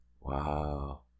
Wow